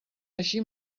així